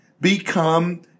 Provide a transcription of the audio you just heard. become